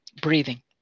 breathing